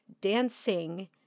dancing